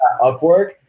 Upwork